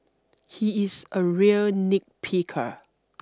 he is a real nitpicker